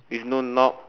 with no knob